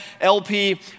LP